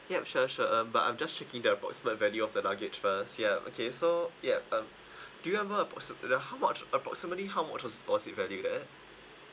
yup sure sure um I'm just checking the approximate value of the luggage first ya okay so yup um do you ever approximate like how much approximately how much was~ was it value there